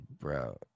Bro